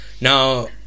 Now